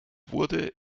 wurde